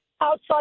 outside